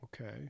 okay